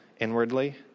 inwardly